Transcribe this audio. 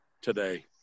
today